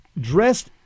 dressed